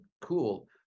cool